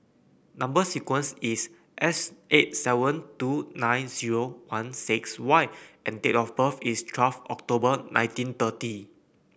number sequence is S eight seven two nine zero one six Y and date of birth is twelve October nineteen thirty